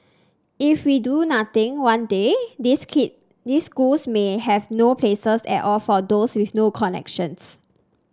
if we do nothing one day these schools may have no places at all for those with no connections